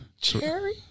Cherry